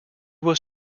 was